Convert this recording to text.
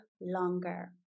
longer